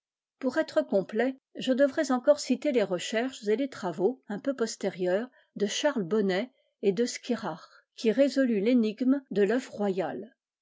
pour être complet je devrais encore citer les recherches et les travaux un peu postérieurs de charles bonnet et de schirach qui résolut l'énigme de